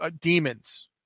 Demons